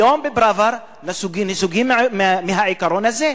היום בדוח-פראוור נסוגים מהעיקרון הזה.